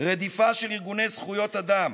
רדיפה של ארגוני זכויות אדם,